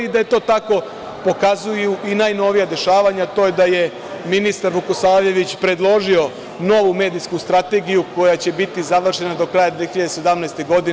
Da je to tako pokazuju i najnovija dešavanja, a to je da je ministar Vukosavljević predložio novu medijsku strategiju koja će biti završena do kraja 2017. godine.